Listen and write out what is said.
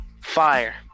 Fire